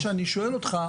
השאלה שאני שואל אותך,